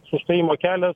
sustojimo kelia